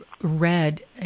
read